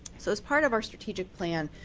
so as part of our strategic plan,